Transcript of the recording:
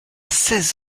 seize